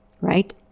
right